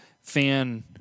fan